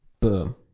Boom